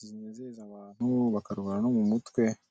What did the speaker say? zinezeza abantu bakarwara no mu mutwe.